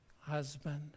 husband